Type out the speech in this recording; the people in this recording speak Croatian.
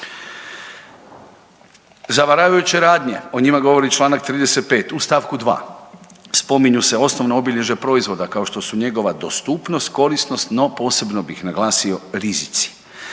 Zavaravajuće radnje, o njima govori čl. 35 u st. 2 spominju se osnovno obilježje proizvoda, kao što su njegova dostupnost, korisnost, no posebno bih naglasio, rizici.